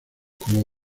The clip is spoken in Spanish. como